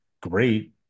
great